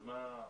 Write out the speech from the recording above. אז מה?